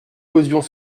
causions